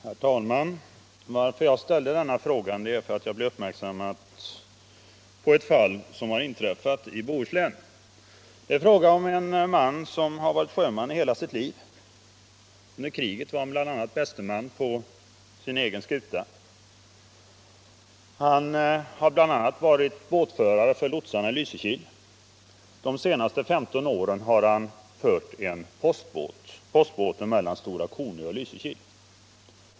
Herr talman! Anledningen till att jag ställt denna fråga är att jag har gjorts uppmärksam på ett fall som inträffat i Bohuslän. Det är fråga om en man som varit sjöman i hela sitt liv. Under kriget var han bl.a. bästeman på sin egen skuta. Han har vidare varit båtförare för lotsarna i Lysekil. De senaste 15 åren har han fört postbåten mellan Stora Kotnö och Lysekil.